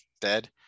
dead